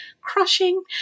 crushing